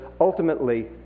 ultimately